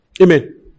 Amen